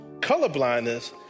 Colorblindness